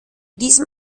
diesem